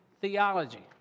theology